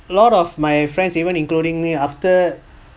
a lot of my friends even including me after